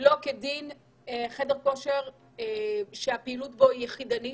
לא כדין חדר כושר שהפעילות בו הוא יחידנית.